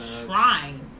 Shrine